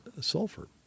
sulfur